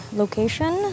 location